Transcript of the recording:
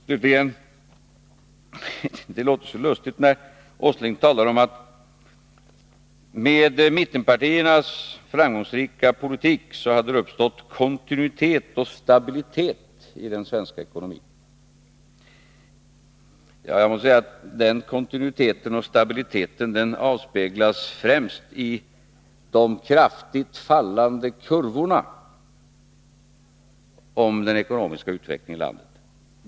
Slutligen: Det låter så lustigt när Nils Åsling säger att det med mittenpartiernas framgångsrika politik hade uppstått kontinuitet och stabilitet i den svenska ekonomin. Jag måste säga att den kontinuiteten och stabiliteten avspeglas främst i de kraftigt fallande kurvorna som gäller den 95 ekonomiska utvecklingen i landet.